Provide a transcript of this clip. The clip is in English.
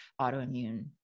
autoimmune